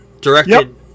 directed